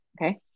Okay